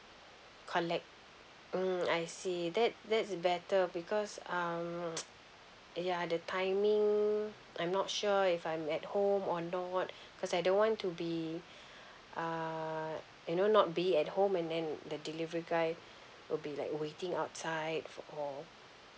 collect mm I see that that's better because um yeah the timing I'm not sure if I'm at home or not because I don't want to be uh you know not be at home and then the delivery guy will be like waiting outside for